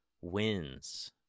wins